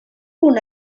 una